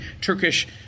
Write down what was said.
Turkish